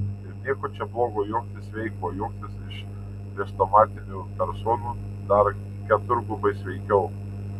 ir nieko čia blogo juoktis sveika o juoktis iš chrestomatinių personų dar keturgubai sveikiau